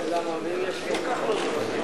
מולה לשם החוק לא נתקבלה.